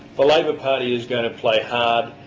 the labor party is going to play hard,